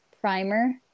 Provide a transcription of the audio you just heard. primer